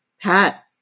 Pat